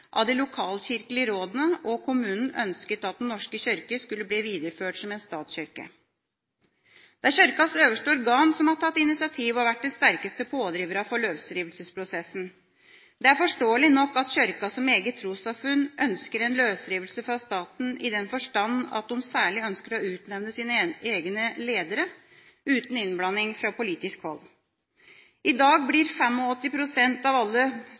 av de lokalkirkelige rådene og kommunene ønsket at Den norske kirke skulle bli videreført som en statskirke. Det er Kirkas øverste organ som har tatt initiativet og vært de sterkeste pådriverne for løsrivelsesprosessen. Det er forståelig nok at Kirka som eget trossamfunn ønsker en løsrivelse fra staten i den forstand at den særlig ønsker å utnevne sine egne ledere uten innblanding fra politisk hold. I dag blir 85 pst. av alle